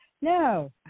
no